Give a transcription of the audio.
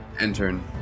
intern